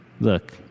Look